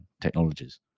Technologies